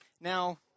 Now